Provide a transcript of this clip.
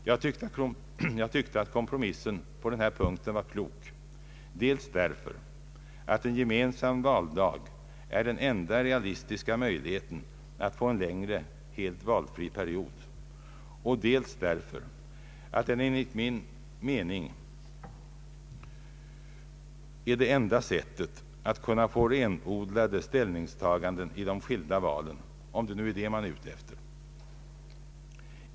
Jag tyckte att kompromissen på den här punkten var klok, dels därför att en gemensam valdag är den enda realistiska möjligheten att få en längre valfri period, dels därför att den enligt min mening är det enda sättet att kunna få renodlade ställningstaganden i de skilda valen — om det nu är det man är ute efter.